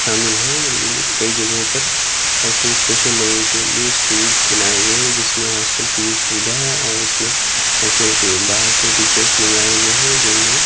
شامل ہیں دلّی میں کئی جگہوں پر ایسے اسپیشل لوگوں کے لیے اسکولس بنائے گئے ہیں جس میں ہاسٹل کی بھی سویدھا ہے اور اس میں ایسے باہر سے ٹیچرس منگائے گئے ہیں جو انہیں